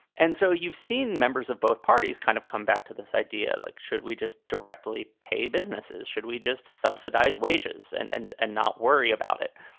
and so you've seen members of both parties kind of come back to this idea, like, should we just directly pay businesses? should we just subsidize wages and and and not worry about it?